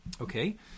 Okay